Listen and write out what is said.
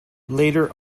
later